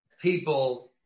people